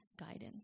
guidance